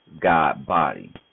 God-Body